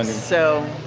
ah so,